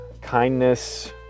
kindness